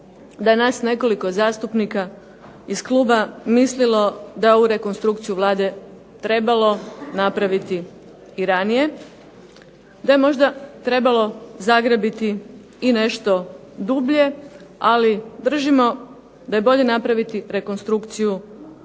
da je nas nekoliko zastupnika iz kluba mislilo da je ovu rekonstrukciju Vlade trebalo napraviti i ranije, da je možda trebalo zagrabiti i nešto dublje, ali držimo da je bolje napraviti rekonstrukciju sada